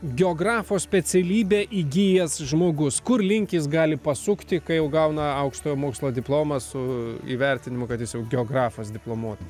geografo specialybę įgijęs žmogus kur link jis gali pasukti kai jau įgauna aukštojo mokslo diplomą su įvertinimu kad jis jau geografas diplomuotas